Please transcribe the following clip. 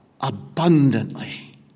abundantly